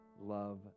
love